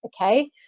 okay